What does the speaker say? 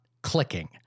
Clicking